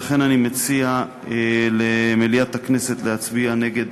לכן אני מציע למליאת הכנסת להצביע נגד